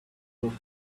books